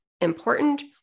important